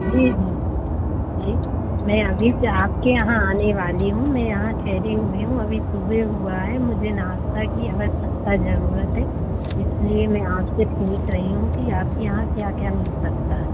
जी हाँ जी मैं अभी से आपके यहाँ आने वाली हूँ मैं यहाँ ठहरी हुई हूँ अभी सुबह हुआ है मुझे नाश्ता की आवश्यकता जरूरत है इसलिए मैं आपसे पूछ रही हूँ कि आपके यहाँ क्या क्या मिल सकता है